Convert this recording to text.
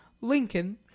Lincoln